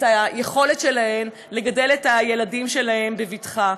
את היכולת שלהן לגדל את הילדים שלהן בבטחה.